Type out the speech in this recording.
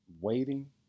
Waiting